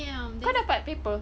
kau dapat paper